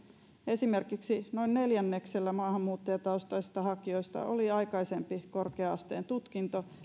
esimerkiksi noin neljänneksellä maahanmuuttajataustaisista hakijoista oli aikaisempi korkea asteen tutkinto